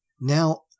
now